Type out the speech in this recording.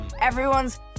everyone's